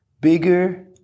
Bigger